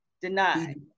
denied